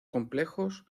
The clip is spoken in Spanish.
complejos